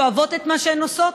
שאוהבות את מה שהן עושות,